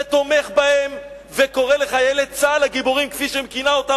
ותומך בהם וקורא לחיילי צה"ל הגיבורים כפי שכינה אותם,